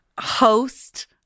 host